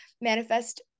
manifest